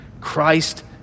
Christ